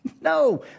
No